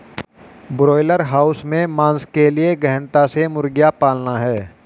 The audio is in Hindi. ब्रॉयलर हाउस में मांस के लिए गहनता से मुर्गियां पालना है